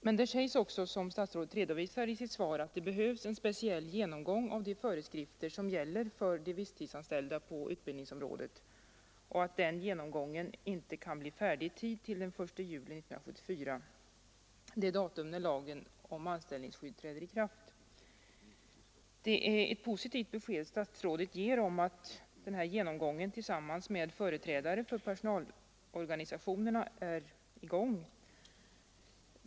Men där sägs också, som utbildningsministern redovisar i sitt svar, att det behövs en speciell genomgång av de föreskrifter som gäller för de visstidsanställda på utbildningsområdet och att den genomgången inte kan bli färdig till den 1juli 1974 — det datum när lagen om anställningsskydd träder i kraft. Det är ett positivt besked statsrådet ger om att en genomgång tillsammans med personalorganisationerna har påbörjats.